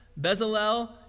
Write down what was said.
Bezalel